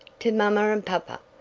to mommer and popper!